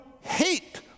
hate